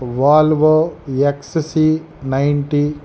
Volvo XC ninety